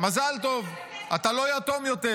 מזל טוב, אתה לא יתום יותר.